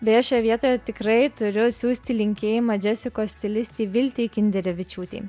beje šioje vietoje tikrai turiu siųsti linkėjimą džesikos stilistei viltei kinderevičiūtei